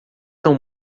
são